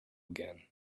again